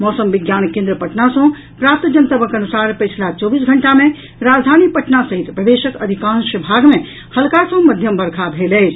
मौसम विज्ञान केन्द्र पटना सॅ प्राप्त जनतबक अनुसार पछिला चौबीस घंटा मे राजधानी पटना सहित प्रदेशक अधिकांश भाग मे हल्का सॅ मध्यम वर्षा भेल अछि